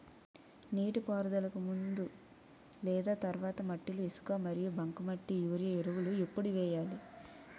నీటిపారుదలకి ముందు లేదా తర్వాత మట్టిలో ఇసుక మరియు బంకమట్టి యూరియా ఎరువులు ఎప్పుడు వేయాలి?